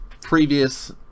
previous